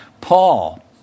Paul